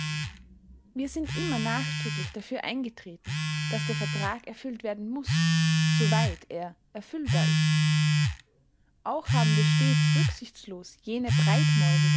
wir sind immer nachdrücklich dafür eingetreten daß der vertrag erfüllt werden muß soweit er erfüllbar ist auch haben wir stets rücksichtslos jene